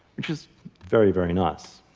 which is very, very nice.